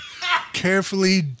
carefully